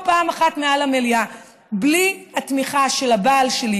פעם אחת מעל המליאה: בלי התמיכה של הבעל שלי